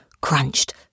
crunched